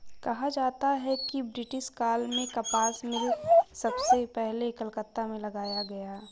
कहा जाता है कि ब्रिटिश काल में कपास मिल सबसे पहले कलकत्ता में लगाया गया